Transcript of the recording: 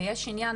יש עניין,